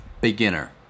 beginner